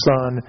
Son